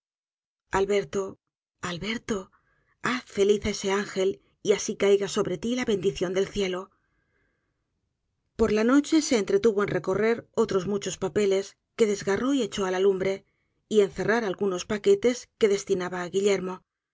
alberto alberto haz feliz á ese ángel y asi eajga sobre ti la bendición del cielos por la noche se entretuvo en recorrer otros muchos papeles que desgarró y echó á la lumbre y en cerrar algunos paquetes que destinaba á guillermo